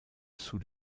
sous